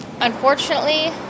Unfortunately